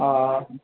ହଁ